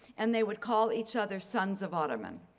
and they would call each other sons of ottoman.